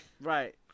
Right